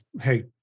hey